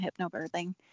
hypnobirthing